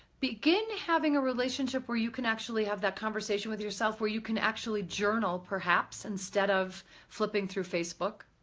begin having a relationship where you can actually have that conversation with yourself, where you can actually journal, perhaps, instead of flipping through facebook,